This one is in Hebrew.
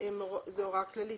זו הוראה כללית,